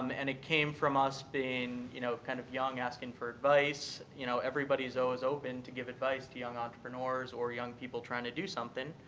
um and it came from us being you know kind of young, asking for advice, you know everybody is always open to give advice to young entrepreneurs or young people trying to do something.